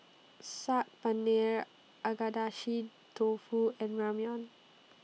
Saag Paneer Agedashi Dofu and Ramyeon